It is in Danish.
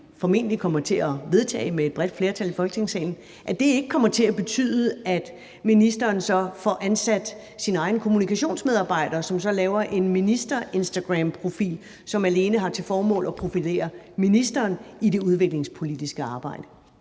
som vi formentlig kommer til at vedtage med et bredt flertal i Folketingssalen, ikke kommer til at betyde, at ministeren så får ansat sin egen kommunikationsmedarbejder, som så laver en instagramprofil for ministeren, som alene har til formål at profilere ministeren i det udviklingspolitiske arbejde?